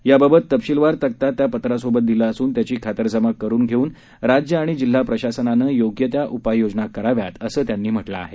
याबाबत तपशिलवार तक्ता त्या पत्रासोबत दिला असून त्याची खातरजमा करुन घेऊन राज्य आणि जिल्हा प्रशासनानं योग्य त्या उपाययोजना कराव्या असं त्यांनी म्हटलं आहे